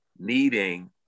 needing